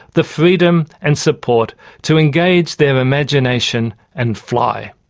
the freedom and support to engage their imagination and fly.